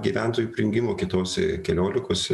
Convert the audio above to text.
gyventojų prijungimo kitose keliolikos